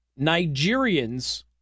Nigerians